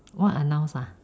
what announce ah